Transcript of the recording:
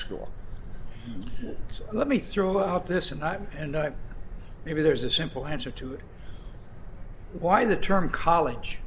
school let me throw out this and i'm and maybe there's a simple answer to why the term college